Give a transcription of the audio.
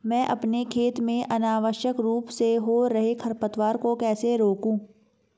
मैं अपने खेत में अनावश्यक रूप से हो रहे खरपतवार को कैसे रोकूं?